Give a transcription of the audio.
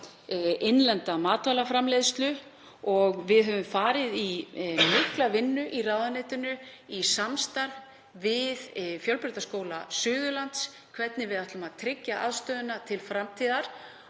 innlenda matvælaframleiðslu. Við höfum farið í mikla vinnu í ráðuneytinu og í samstarf við Fjölbrautaskóla Suðurlands um það hvernig við ætlum að tryggja aðstöðuna til framtíðar.